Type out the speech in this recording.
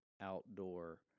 outdoor